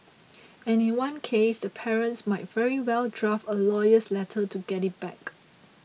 and in one case the parents might very well draft a lawyer's letter to get it back